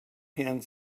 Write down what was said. hand